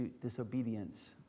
disobedience